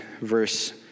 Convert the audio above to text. verse